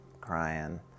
crying